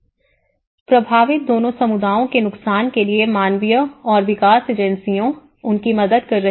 ० प्रभावित दोनों समुदायों के नुकसान के लिए मानवीय और विकास एजेंसियां उनकी मदद कर रही हैं